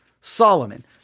Solomon